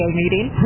meeting